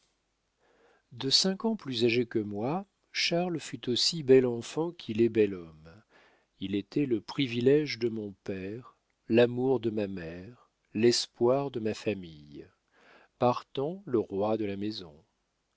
de cinq ans plus âgé que moi charles fut aussi bel enfant qu'il est bel homme il était le privilégié de mon père l'amour de ma mère l'espoir de ma famille partant le roi de la maison